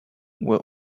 were